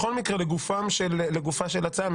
בכל מקרה לגופה של ההצעה,